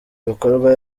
bikorwa